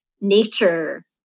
nature